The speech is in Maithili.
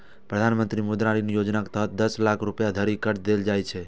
प्रधानमंत्री मुद्रा ऋण योजनाक तहत दस लाख रुपैया धरि कर्ज देल जाइ छै